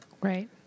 Right